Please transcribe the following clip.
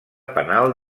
penal